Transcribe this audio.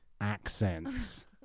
accents